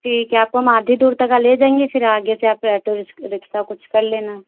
ठीक है आपको हम आधी दूर तक का ले जाएंगे फिर आगे से आप ऑटो रिस रिक्शा कुछ कर लेना